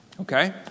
Okay